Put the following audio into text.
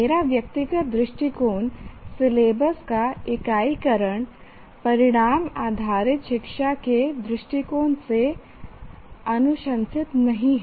मेरा व्यक्तिगत दृष्टिकोण सिलेबस का इकाईकरण परिणाम आधारित शिक्षा के दृष्टिकोण से अनुशंसित नहीं है